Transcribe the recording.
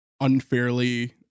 unfairly